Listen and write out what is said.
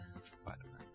Spider-Man